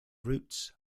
roots